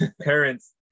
parents